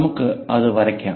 നമുക്ക് അത് വരയ്ക്കാം